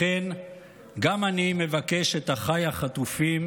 לכן גם אני מבקש את אחיי החטופים,